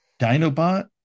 Dinobot